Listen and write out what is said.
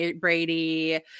Brady